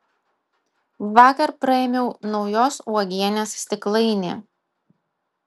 vakar praėmiau naujos uogienės stiklainį